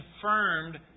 confirmed